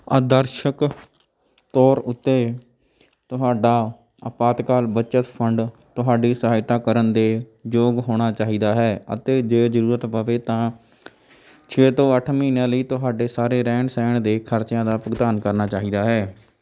ਆਦਰਸ਼ਕ ਤੌਰ ਉੱਤੇ ਤੁਹਾਡਾ ਅਪਾਤਕਾਲ ਬੱਚਤ ਫੰਡ ਤੁਹਾਡੀ ਸਹਾਇਤਾ ਕਰਨ ਦੇ ਯੋਗ ਹੋਣਾ ਚਾਹੀਦਾ ਹੈ ਅਤੇ ਜੇ ਜ਼ਰੂਰਤ ਪਵੇ ਤਾਂ ਛੇ ਤੋਂ ਅੱਠ ਮਹੀਨਿਆਂ ਲਈ ਤੁਹਾਡੇ ਸਾਰੇ ਰਹਿਣ ਸਹਿਣ ਦੇ ਖਰਚਿਆਂ ਦਾ ਭੁਗਤਾਨ ਕਰਨਾ ਚਾਹੀਦਾ ਹੈ